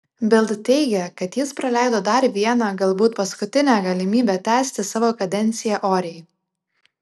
bild teigė kad jis praleido dar vieną galbūt paskutinę galimybę tęsti savo kadenciją oriai